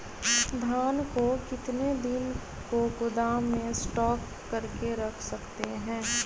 धान को कितने दिन को गोदाम में स्टॉक करके रख सकते हैँ?